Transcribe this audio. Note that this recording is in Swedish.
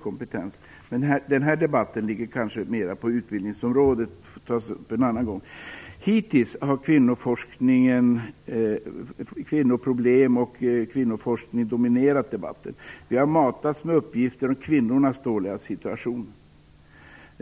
kompetens. Men den debatten ligger kanske mer på utbildningsområdet och får tas upp en annan gång. Hittills har kvinnoproblem och kvinnoforskning dominerat debatten. Vi har matats med uppgifter om kvinnornas dåliga situation.